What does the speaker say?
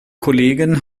kollegen